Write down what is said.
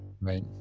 Right